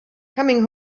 coming